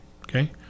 okay